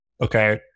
Okay